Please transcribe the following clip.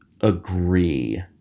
agree